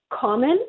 common